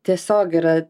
tiesiog yra